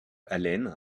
allen